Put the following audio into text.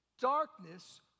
Darkness